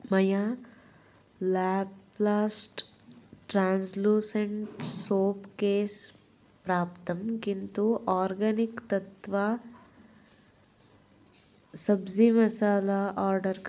मया लाप्लास्ट् translucent soap case प्राप्तं किन्तु आर्गनिक् तत्वा सब्ज़ि मसाला आर्डर् कृतम्